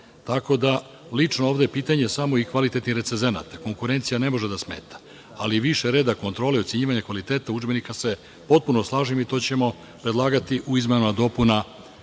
tako da ovde je pitanje samo i kvalitetnih recezenata. Konkurencija ne može da smeta, ali za više reda, kontrole i ocenjivanje kvaliteta udžbenika se potpuno slažem i to ćemo predlagati u izmenama i dopunama